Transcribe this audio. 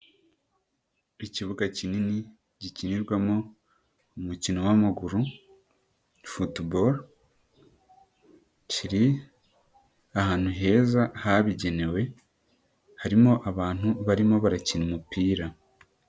Ikibuga kinini, gikinirwamo umukino w'amaguru futubolo, kiri ahantu heza habugenewe, harimo abantu, barimo barakina umupira.